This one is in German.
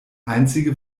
einzige